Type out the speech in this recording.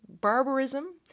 barbarism